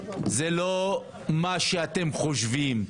זה לא מה שאתם חושבים.